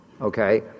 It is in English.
okay